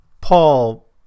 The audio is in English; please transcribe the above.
paul